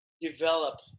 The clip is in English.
develop